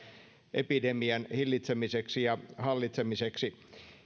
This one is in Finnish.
epidemian hillitsemiseksi ja hallitsemiseksi